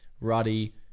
ruddy